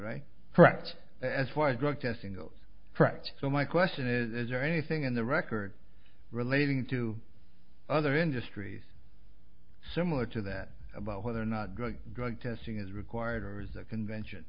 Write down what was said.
right correct as far as drug testing goes so my question is is there anything in the record relating to other industries similar to that about whether or not drug testing is required or